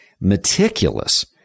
meticulous